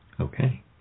Okay